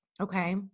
okay